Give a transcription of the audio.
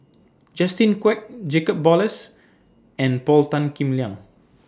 Justin Quek Jacob Ballas and Paul Tan Kim Liang